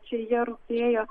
čia jie rūpėjo